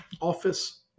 office